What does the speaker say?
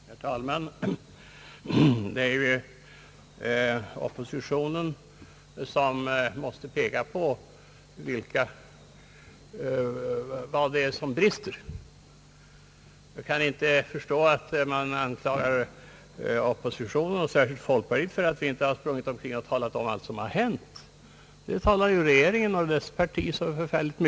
Herr talman! Det är ju en oppositionens uppgift att peka på vad som brister. Jag kan inte förstå att man anklagar oppositionen och särskilt folkpartiet för att vi inte talat om allt som har hänt. Det talar ju regeringen och dess parti så mycket om!